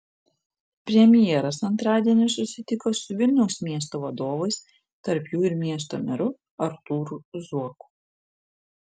premjeras antradienį susitiko su vilniaus miesto vadovais tarp jų ir miesto meru artūru zuoku